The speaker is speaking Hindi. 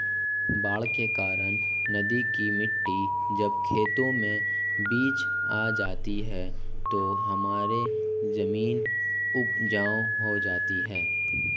बाढ़ के कारण नदी की मिट्टी जब खेतों में बिछ जाती है तो हमारी जमीन उपजाऊ हो जाती है